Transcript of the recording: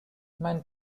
mein